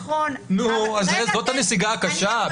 נכון, אבל --- נו, אז זאת הנסיגה הקשה?